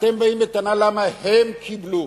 אתם באים בטענה למה הם קיבלו,